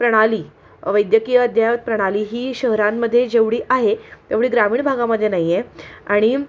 प्रणाली वैद्यकीय अद्ययावत प्रणाली ही शहरांमध्ये जेवढी आहे तेवढी ग्रामीण भागामध्ये नाही आहे आणि